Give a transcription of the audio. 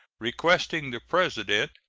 requesting the president